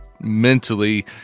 mentally